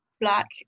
black